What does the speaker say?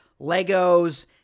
Legos